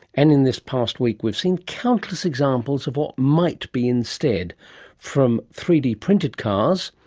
and in this past week we've seen countless examples of what might be instead from three d printed cars,